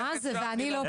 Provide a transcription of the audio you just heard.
יבגני